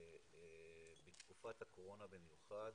בתקופת הקורונה במיוחד,